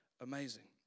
amazing